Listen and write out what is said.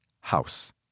house